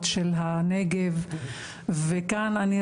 אדוני היושב ראש, קודם כל ברכות.